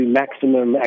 maximum